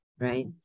right